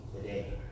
today